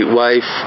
wife